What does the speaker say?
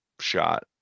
shot